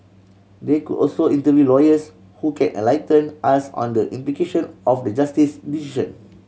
they could also interview lawyers who can enlighten us on the implication of the Justice's decision